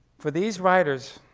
for these writers,